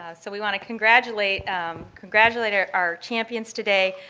ah so we want to congratulate congratulate our our champions today.